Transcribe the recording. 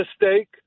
mistake